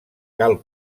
cal